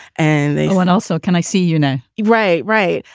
and they want also. can i see, you know, you, right? right.